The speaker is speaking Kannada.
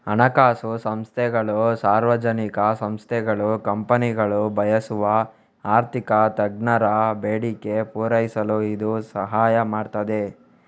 ಹಣಕಾಸು ಸಂಸ್ಥೆಗಳು, ಸಾರ್ವಜನಿಕ ಸಂಸ್ಥೆಗಳು, ಕಂಪನಿಗಳು ಬಯಸುವ ಆರ್ಥಿಕ ತಜ್ಞರ ಬೇಡಿಕೆ ಪೂರೈಸಲು ಇದು ಸಹಾಯ ಮಾಡ್ತದೆ